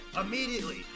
immediately